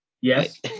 yes